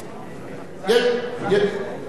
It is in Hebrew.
יש כאלה.